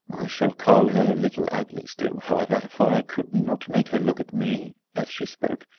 i shall call her little ugly still, however, for i could not make her look at me as she spoke,